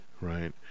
right